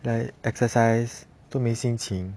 like exercise 都没心情